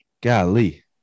Golly